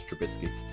Trubisky